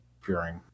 fearing